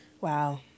Wow